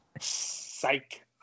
Psych